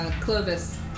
Clovis